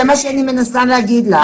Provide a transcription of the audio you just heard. זה מה שאני מנסה להגיד לך.